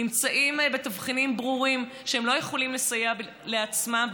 נמצאים בתבחינים ברורים שהם לא יכולים לסייע לעצמם,